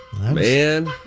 Man